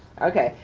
okay,